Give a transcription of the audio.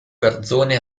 garzone